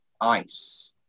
Ice